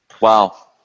Wow